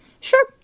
Sure